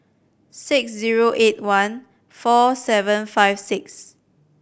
six zero eight one four seven five six